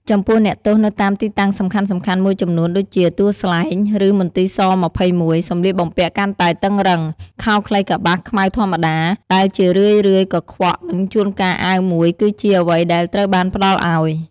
ចំពោះអ្នកទោសនៅតាមទីតាំងសំខាន់ៗមួយចំនួនដូចជា ទួលស្លែង ឬមន្ទី ស-២១ សម្លៀកបំពាក់កាន់តែតឹងរ៉ឹង ខោខ្លីកប្បាសខ្មៅធម្មតា ដែលជារឿយៗកខ្វក់ និងជួនកាលអាវមួយ គឺជាអ្វីដែលត្រូវបានផ្តល់ឱ្យ។